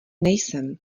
nejsem